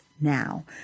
now